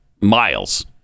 miles